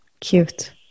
cute